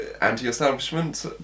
anti-establishment